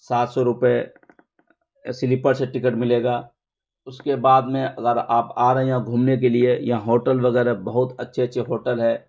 سات سو روپے سلیپر سے ٹکٹ ملے گا اس کے بعد میں اگر آپ آ رہے ہیں یہاں گھومنے کے لیے یہاں ہوٹل وغیرہ بہت اچھے اچھے ہوٹل ہیں